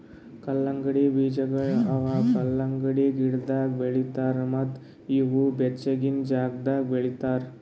ಕಲ್ಲಂಗಡಿ ಬೀಜಗೊಳ್ ಅವಾ ಕಲಂಗಡಿ ಗಿಡದಾಗ್ ಬೆಳಿತಾರ್ ಮತ್ತ ಇವು ಬೆಚ್ಚಗಿನ ಜಾಗದಾಗ್ ಬೆಳಿತಾರ್